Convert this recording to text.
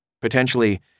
potentially